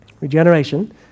Regeneration